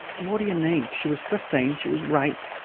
what do you need? she was fifteen, she was raped,